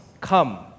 come